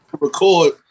record